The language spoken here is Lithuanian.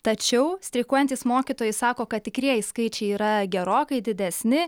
tačiau streikuojantys mokytojai sako kad tikrieji skaičiai yra gerokai didesni